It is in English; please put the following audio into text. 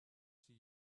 she